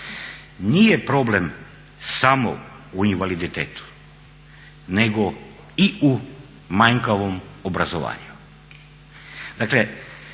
nije problem samo u invaliditetu, nego i u manjkavom obrazovanju.